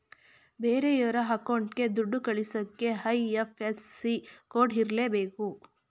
ಬೇರೆಯೋರ ಅಕೌಂಟ್ಗೆ ದುಡ್ಡ ಕಳಿಸಕ್ಕೆ ಐ.ಎಫ್.ಎಸ್.ಸಿ ಕೋಡ್ ಇರರ್ಲೇಬೇಕು